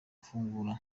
ufungura